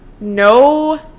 no